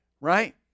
right